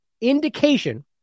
indication